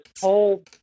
whole